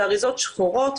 זה אריזות שחורות,